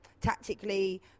tactically